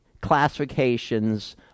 classifications